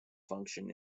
function